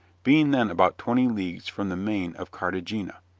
being then about twenty leagues from the main of cartagena.